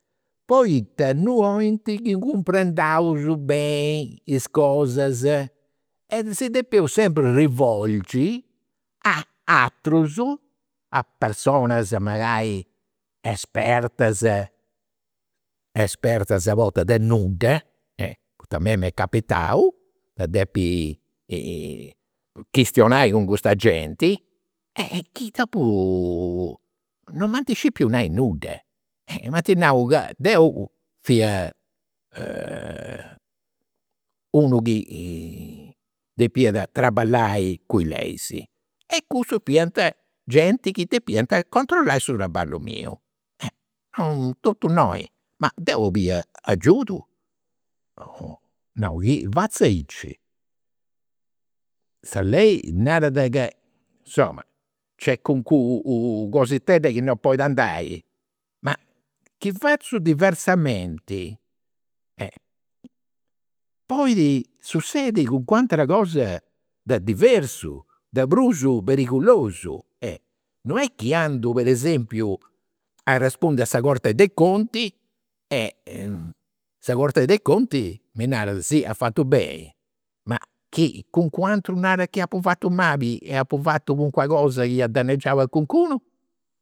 Poita non 'olint chi cumprendaus beni is cosas. E si depeus sempri rivolgi a aterus, a personas mancai espertas, espertas a bortas de nudda, poita a mei m'est capitau de depi chistionai cun custa genti e chi dopu non m'ant nai nudda. M'ant nau ca deu fia unu chi traballai cun i' leis e cussus fiant genti chi depiant controllai su traballu miu. Totu innoi. Ma deu 'olia agiudu, nau, chi fatzu aici, sa lei narat chi nc'est calincuna cositedda chi non podit andai, ma chi fatzu diversamenti podit sussedi calincuna atera cosa de diversu, de prus perigulosu. Non est chi andu, po esempiu, a arrespundi alla corte dei conti e e sa corte dei conti mi narat, sì as fatu beni, ma chi calincunu aturu narat chi apu fatu mali e apu fatu calincuna cosa chi at dannegia a calincunu?